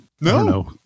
No